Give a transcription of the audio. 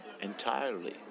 entirely